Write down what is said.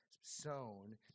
sown